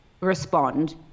respond